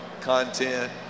content